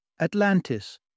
Atlantis